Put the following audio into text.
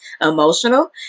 emotional